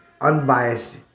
unbiased